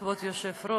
כבוד היושב-ראש,